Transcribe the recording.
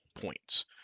points